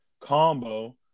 combo